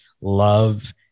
love